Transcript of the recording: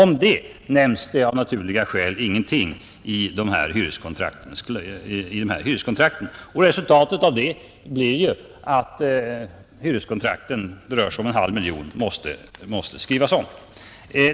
Om detta nämns av naturliga skäl ingenting i de nu gällande hyreskontrakten. Resultatet blir att ungefär en halv miljon kontrakt måste skrivas om.